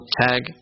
tag